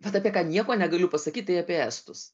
tad apie ką nieko negaliu pasakyt tai apie estus